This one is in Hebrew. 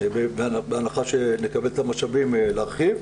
בהנחה שנקבל את המשאבים, להרחיב.